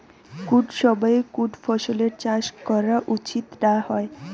কুন সময়ে কুন ফসলের চাষ করা উচিৎ না হয়?